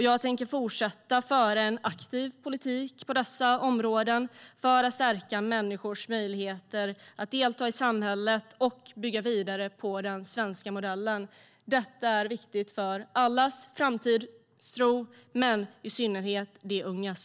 Jag tänker fortsätta att föra en aktiv politik på dessa områden för att stärka människors möjligheter att delta i samhället och bygga vidare på den svenska modellen. Detta är viktigt för allas framtidstro, men i synnerhet för de ungas.